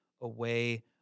away